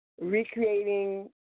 recreating